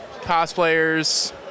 cosplayers